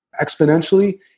exponentially